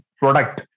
product